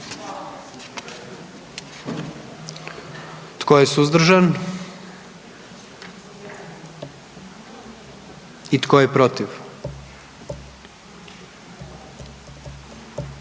Tko je suzdržan? Tko je protiv?